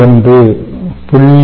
1 0